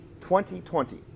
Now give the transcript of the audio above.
2020